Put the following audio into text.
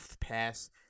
pass